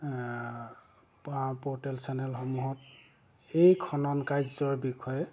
portal চেনেলসমূহত এই খনন কাৰ্যৰ বিষয়ে